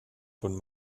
von